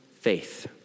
faith